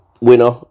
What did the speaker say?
Winner